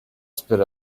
sped